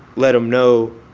let them know,